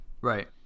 Right